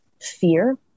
fear